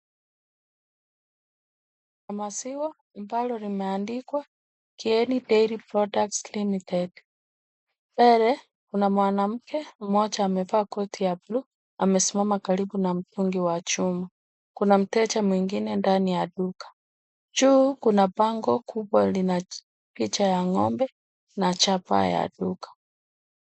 Maziwa ambalo limeandikwa KIENI DAIRY PRODUCTS LIMITED. Mbele kuna mwanamke mmoja amevaa koti ya bluu, amesimama karibu na mtungi wa chuma. Kuna mteja mwingine ndani ya duka. Juu kuna bango kubwa lina picha ya ng'ombe na chapaa ya duka.